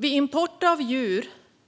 Vid import av